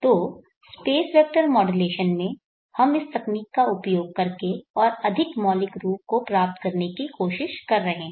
तो space vector modulation में हम इस तकनीक का उपयोग करके और अधिक मौलिक रूप को प्राप्त करने की कोशिश कर रहे हैं